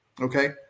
Okay